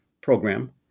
program